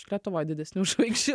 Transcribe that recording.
lietuvoj didesnių žvaigždžių